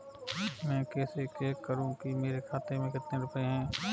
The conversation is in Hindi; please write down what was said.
मैं कैसे चेक करूं कि मेरे खाते में कितने रुपए हैं?